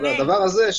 מה זה שונה?